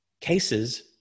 Cases